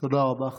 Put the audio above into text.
תודה רבה.